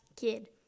kid